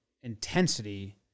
intensity